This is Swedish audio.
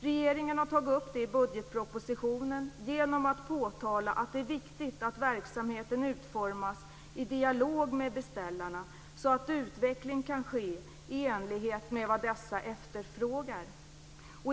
Regeringen har tagit upp det i budgetproposition genom att påtala att det är viktigt att verksamheten utformas i dialog med beställarna, så att utveckling kan ske i enlighet med vad dessa efterfrågar.